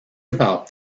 about